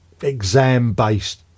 exam-based